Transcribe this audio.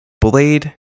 Blade